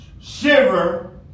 shiver